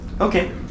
Okay